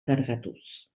kargatuz